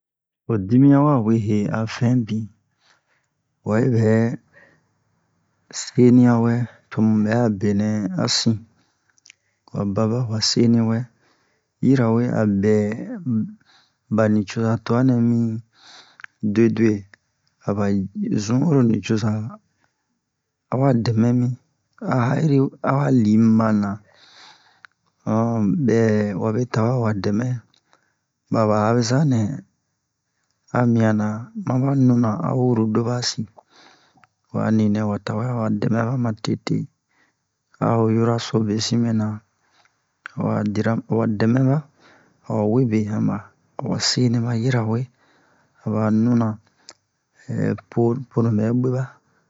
Ho dimiyan wa we he a fɛn bin wa yibɛ seniya wɛ tomu bɛ'a benɛ a sin wa baba a wa seniwɛ yirawe a bɛ ba nicoza tuwa nɛ mi duwe-duwe a ba zun oro nicoza wa dɛmɛ mi a ha'iri a wa li miba na um bɛ wabe tawɛ a wa dɛmɛ ba'a ba habeza nɛ a miyan na ma ba nuna a huru a do basi ho a ninɛ wa tawɛ awa dɛmɛ ba ma tete a ho yoroso besin mɛna ho a dira a wa dɛmɛ ba a wa webe han ba a wa seni ba yirawe a ba nuna ponu bɛ buwe ba